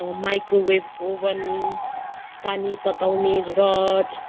microwave oven पानी तताउने rod